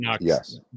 Yes